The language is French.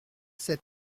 sept